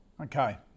okay